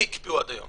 למי הקפיאו עד היום?